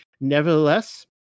Nevertheless